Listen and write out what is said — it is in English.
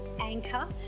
anchor